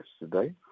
yesterday